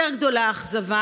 יותר גדולה האכזבה